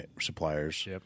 suppliers